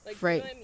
Right